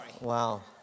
Wow